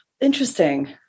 Interesting